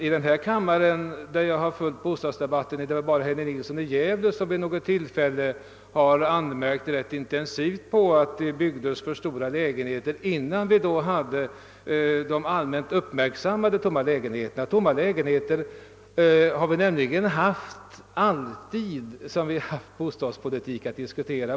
I denna kammare har det såvitt jag har funnit när jag har följt bostadsdebatten här, bara varit Henning Nilsson i Gävle som vid något tillfälle har anmärkt rätt intensivt på att det byggts för stora lägenheter redan innan vi hade de nu allmänt uppmärksammade tomma lägenheterna. Tomma lägenheter har vi nämligen haft under hela den tid vi har haft bostadspolitik att diskutera.